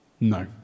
No